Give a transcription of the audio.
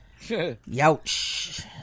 Yowch